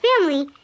family